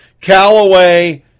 Callaway